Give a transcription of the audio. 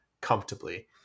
comfortably